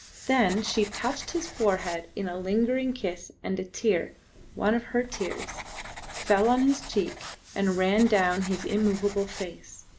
then she touched his forehead in a lingering kiss, and a tear one of her tears fell on his cheek and ran down his immovable face.